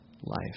life